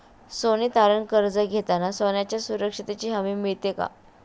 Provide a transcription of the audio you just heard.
सोने तारण कर्ज घेताना सोन्याच्या सुरक्षेची हमी मिळते का?